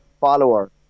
follower